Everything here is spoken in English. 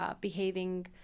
behaving